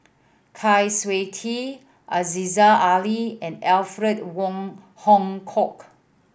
Kwa Siew Tee Aziza Ali and Alfred Wong Hong Kwok